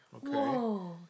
Whoa